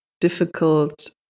difficult